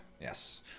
Yes